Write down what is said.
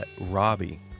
Robbie